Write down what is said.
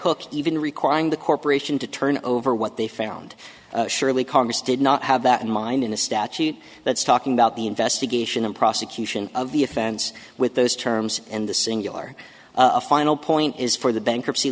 hook even requiring the corporation to turn over what they found surely congress did not have that in mind in a statute that's talking about the investigation and prosecution of the offense with those terms and the singular a final point is for the bankruptcy